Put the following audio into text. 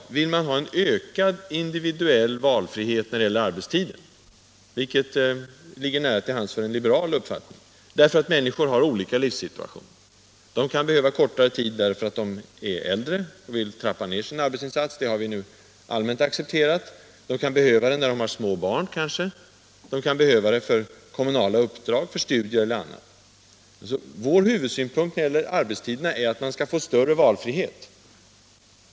Man kan vilja ha en större individuell valfrihet när det gäller arbetstiden, vilket ligger nära till hands om man har en liberal uppfattning, eftersom människor befinner sig i olika livssituationer. Människor kan behöva kortare arbetstid, därför att de är äldre och vill trappa ned sin arbetsinsats. Detta är nu allmänt accepterat. Det kan kanske behövas kortare arbetstid när man har små barn, för kommunala uppdrag, för studier eller annat. En huvudsynpunkt för oss när det gäller arbetstiderna är alltså att man skall få större valfrihet.